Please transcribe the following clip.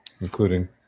including